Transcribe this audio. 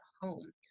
home